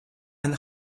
and